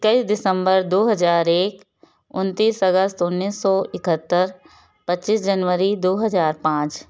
इक्कीस दिसंबर दो हज़ार एक उनतीस अगस्त उन्नीस सौ इकहत्तर पच्चीस जनवरी दो हज़ार पाँच